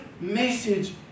message